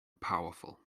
powerful